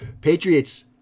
Patriots